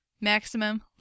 maximum